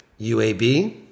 UAB